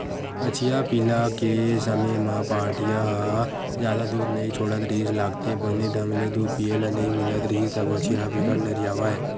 बछिया पिला के समे म पहाटिया ह जादा दूद नइ छोड़त रिहिस लागथे, बने ढंग ले दूद पिए ल नइ मिलत रिहिस त बछिया ह बिकट नरियावय